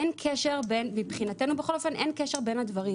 אין קשר מבחינתנו בין הדברים.